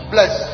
Bless